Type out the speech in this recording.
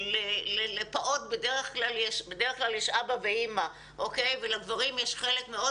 לפעוט בדרך כלל יש אבא ואימא ובעיניי לגברים יש חלק מאוד